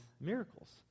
miracles